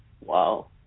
Wow